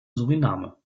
suriname